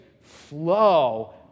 flow